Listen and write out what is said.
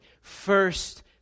first